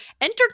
enter